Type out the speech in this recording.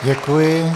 Děkuji.